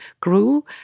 grew